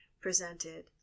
presented